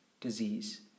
disease